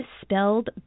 Spelled